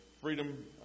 Freedom